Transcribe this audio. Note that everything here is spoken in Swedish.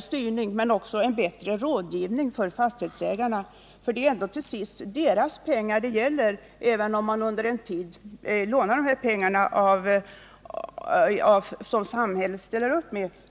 styrning men också en bättre rådgivning för fastighetsägarna. Det är ändå till sist deras pengar det gäller, även om de under en tid lånar de pengar som samhället ställer upp med.